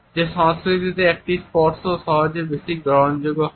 যে সংস্কৃতিতে একটি স্পর্শ সহজে বেশি গ্রহণযোগ্য হয়